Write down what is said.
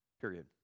Period